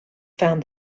found